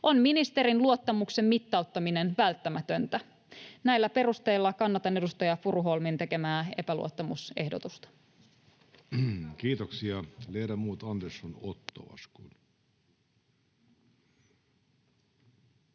—on ministerin luottamuksen mittauttaminen välttämätöntä. Näillä perusteilla kannatan edustaja Furuholmin tekemää epäluottamusehdotusta. [Speech 17] Speaker: